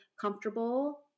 comfortable